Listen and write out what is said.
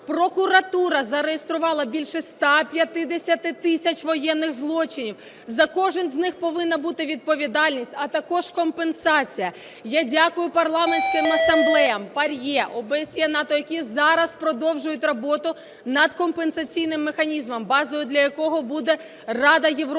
прокуратура зареєструвала більше 150 тисяч воєнних злочинів, за кожен з них повинна бути відповідальність, а також компенсація. Я дякую парламентським асамблеям ПАРЄ, ОБСЄ, НАТО, які зараз продовжують роботу над компенсаційним механізмом, базою для якого буде Рада Європи